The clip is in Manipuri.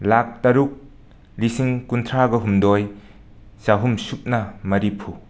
ꯂꯥꯛ ꯇꯔꯨꯛ ꯂꯤꯁꯤꯡ ꯀꯨꯟꯊ꯭ꯔꯥꯒ ꯍꯨꯝꯗꯣꯏ ꯆꯍꯨꯝ ꯁꯨꯞꯅ ꯃꯔꯤꯐꯨ